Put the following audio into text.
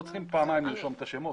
לא צריכים פעמיים לשמור את השמות,